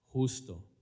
justo